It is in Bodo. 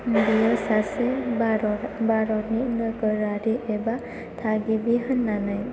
बेयो सासे बारत भारतनि नोगोरारि एबा थागिबि होननानै